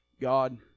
God